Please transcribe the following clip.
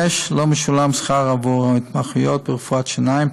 5. לא משולם שכר עבור ההתמחויות ברפואת שיניים,